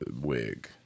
wig